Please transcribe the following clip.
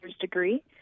degree